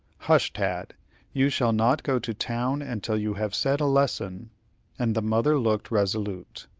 hush, tad you shall not go to town until you have said a lesson and the mother looked resolute.